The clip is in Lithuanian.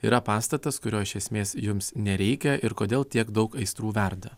yra pastatas kurio iš esmės jums nereikia ir kodėl tiek daug aistrų verda